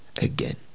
again